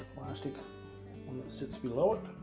plastic one that sits below it.